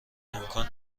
امکان